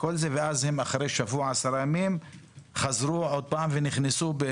ואחרי שבוע-עשרה ימים הם חזרו עוד פעם ונכנסו.